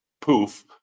poof